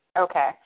Okay